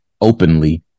openly